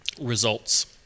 results